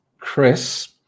chris